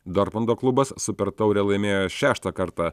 dortmundo klubas super taurę laimėjo šeštą kartą